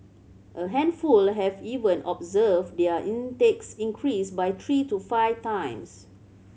a handful have even observed their intakes increase by three to five times